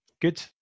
good